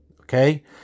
Okay